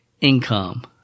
income